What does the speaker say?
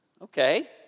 Okay